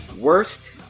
Worst